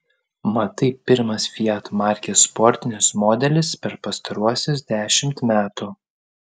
mat tai pirmas fiat markės sportinis modelis per pastaruosius dešimt metų